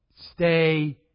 stay